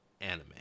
anime